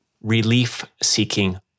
relief-seeking